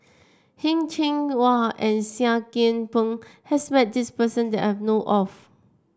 Heng Cheng Hwa and Seah Kian Peng has met this person that I know of